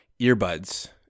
earbuds